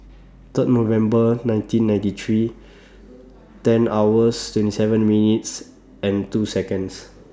Third November nineteen ninety three ten hours twenty seven minutes and two Seconds